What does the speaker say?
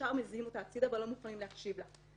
ישר מזיזים אותה הצידה ולא מוכנים להקשיב לה.